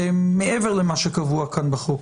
שהם מעבר למה שקבוע כאן בחוק.